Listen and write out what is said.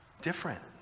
different